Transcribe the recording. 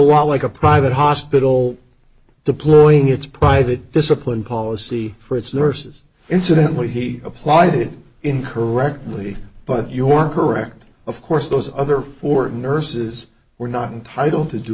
lot like a private hospital deploying its private discipline policy for its nurses incidentally he applied it incorrectly but you are correct of course those other four nurses were not entitled to d